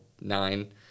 nine